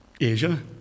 Asia